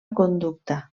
conducta